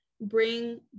bring